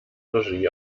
regie